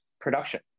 production